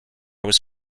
was